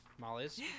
Molly's